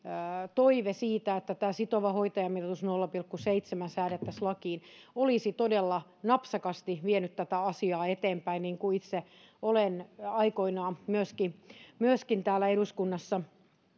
toive siitä että tämä sitova hoitajamitoitus nolla pilkku seitsemään säädettäisiin lakiin olisi todella napsakasti vienyt tätä asiaa eteenpäin niin kuin itse olen aikoinaan myöskin myöskin täällä eduskunnassa